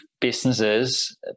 businesses